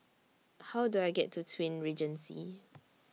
How Do I get to Twin Regency